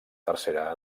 tercera